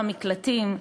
המקלטים,